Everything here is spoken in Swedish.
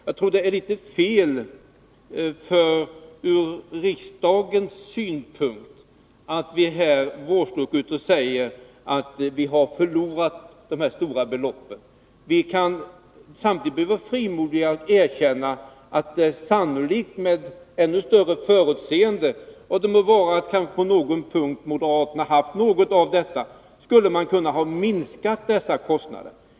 Jag tycker att det är fel att här vårdslöst stå och säga om de 15,5 miljarderna att vi har förlorat det stora beloppet. Vi kan samtidigt behöva vara frimodiga nog att erkänna att det är sannolikt att med ännu större förutseende — och det må vara att moderaterna på någon punkt kan ha haft detta — skulle man ha kunnat minska dessa kostnader.